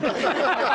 בהצלחה.